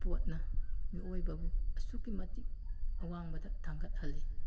ꯏꯁꯄꯣꯔꯠꯅ ꯃꯤꯑꯣꯏꯕꯕꯨ ꯑꯁꯨꯛꯀꯤ ꯃꯇꯤꯛ ꯑꯋꯥꯡꯕꯗ ꯊꯥꯡꯒꯠꯍꯜꯂꯤ